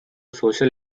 social